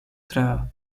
tra